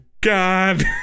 God